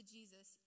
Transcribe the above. Jesus